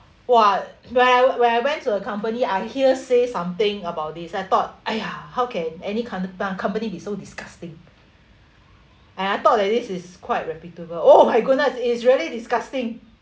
!wah! well when I went to a company I hear say something about this I thought !aiya! how can any con~ company be so disgusting and I thought that this is quite reputable oh my goodness it's really disgusting